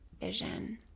vision